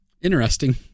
Interesting